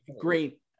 great